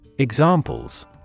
Examples